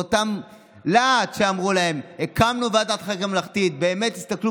באותו להט שאמרו להם "הקמנו ועדת חקירה ממלכתית" באמת תסתכלו